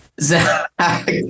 Zach